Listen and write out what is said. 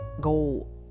go